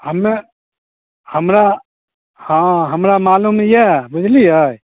हमे हमरा हँ हमरा मालुम यऽ बुझलियै